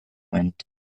went